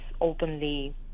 openly